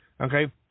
Okay